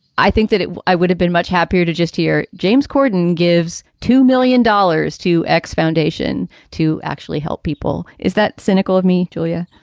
i think that it would have been much happier to just hear james corden gives two million dollars to x foundation to actually help people. is that cynical of me? julia